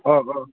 अ अ